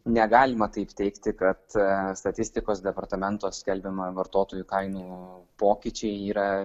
negalima taip teigti kad statistikos departamento skelbiama vartotojų kainų pokyčiai yra